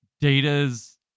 Data's